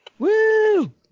Woo